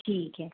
ठीक है